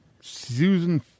Susan